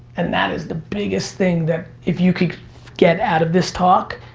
and that is the biggest thing that if you can get out of this talk,